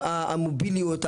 המוביליות,